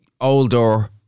older